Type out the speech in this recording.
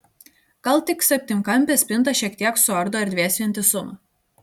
gal tik septynkampė spinta šiek tiek suardo erdvės vientisumą